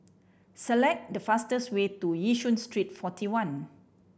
select the fastest way to Yishun Street Forty One